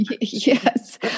Yes